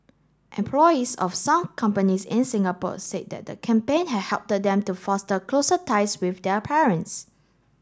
employees of some companies in Singapore said that the campaign has help them to foster closer ties with their parents